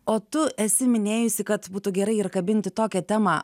o tu esi minėjusi kad būtų gerai ir kabinti tokią temą